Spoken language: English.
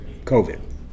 COVID